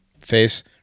face